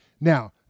Now